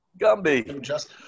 Gumby